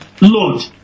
lord